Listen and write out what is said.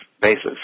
basis